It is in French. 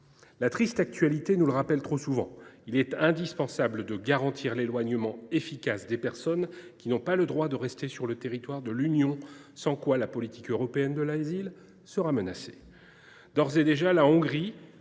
La triste actualité nous le rappelle trop souvent : il est indispensable de garantir l’éloignement efficace des personnes qui n’ont pas le droit de rester sur le territoire de l’Union, sans quoi la politique européenne de l’asile sera menacée.